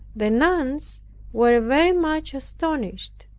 the nuns were very much astonished.